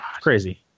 crazy